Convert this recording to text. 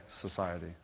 society